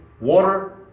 water